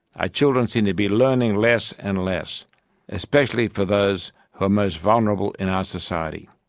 our children seem to be learning less and less especially for those who are most vulnerable in our society.